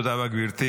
תודה רבה, גברתי.